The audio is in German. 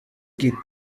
geht